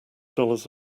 dollars